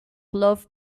love